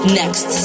next